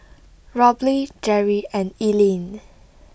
Robley Jerry and Ellyn